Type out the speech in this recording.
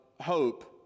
hope